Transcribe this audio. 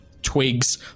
twigs